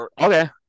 Okay